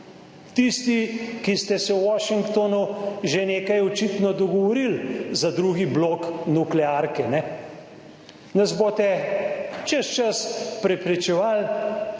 Tisti, ki ste se v Washingtonu že nekaj očitno dogovorili za drugi blok nuklearke, ne, nas boste čez čas prepričevali,